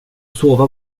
sova